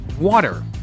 water